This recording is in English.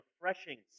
refreshing